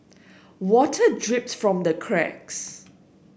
water drips from the cracks